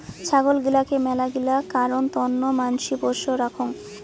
ছাগল গিলাকে মেলাগিলা কারণ তন্ন মানসি পোষ্য রাখঙ